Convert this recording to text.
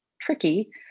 tricky